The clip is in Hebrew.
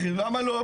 למה לא?